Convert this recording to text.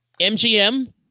MGM